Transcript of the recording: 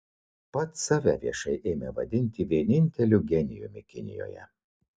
pats save viešai ėmė vadinti vieninteliu genijumi kinijoje